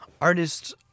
artists